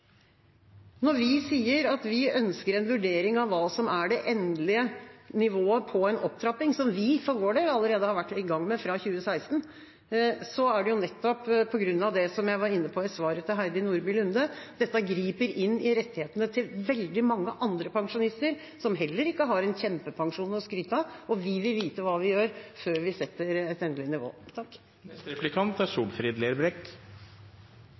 Når vi sier at vi ønsker en vurdering av hva som er det endelige nivået på en opptrapping, som vi for vår del allerede har vært i gang med fra 2016, er det nettopp på grunn av det som jeg var inne på i svaret til Heidi Nordby Lunde, at dette griper inn i rettighetene til veldig mange andre pensjonister som heller ikke har en kjempepensjon å skryte av. Vi vil vite hva vi gjør før vi setter et endelig nivå.